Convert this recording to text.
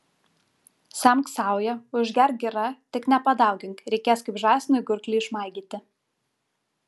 semk sauja užgerk gira tik nepadaugink reikės kaip žąsinui gurklį išmaigyti